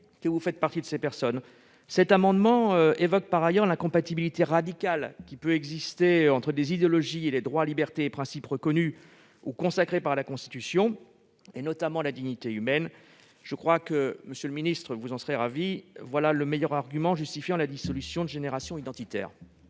que vous faites partie de ces personnes. Cet amendement évoque par ailleurs « l'incompatibilité radicale qui peut exister entre ces idéologies et les droits, libertés et principes reconnus ou consacrés par la Constitution, et notamment la dignité humaine ». Vous devez être ravi, monsieur le ministre : c'est là le meilleur argument pour justifier la dissolution de Génération identitaire